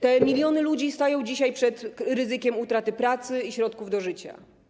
Te miliony ludzi stają dzisiaj przed ryzykiem utraty pracy i środków do życia.